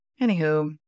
Anywho